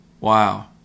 Wow